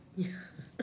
ya